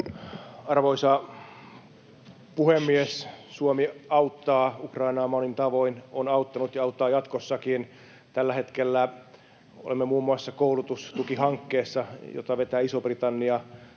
Arvoisa puhemies! Suomi auttaa Ukrainaa monin tavoin, on auttanut ja auttaa jatkossakin. Tällä hetkellä olemme muun muassa koulutustukihankkeessa, jota vetää Iso-Britannia.